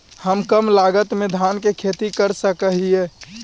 हम कम लागत में धान के खेती कर सकहिय?